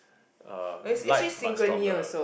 uh light but stronger